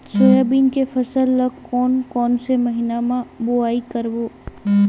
Soybean के फसल ल कोन कौन से महीना म बोआई करबो?